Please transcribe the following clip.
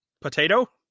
Potato